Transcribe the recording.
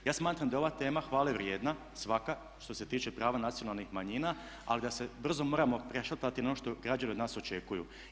Ja smatram da je ova tema hvale vrijedna svaka što se tiče prava nacionalnih manjina, ali da se brzo moramo prešaltati na ono što građani od nas očekuju.